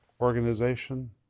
organization